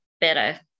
better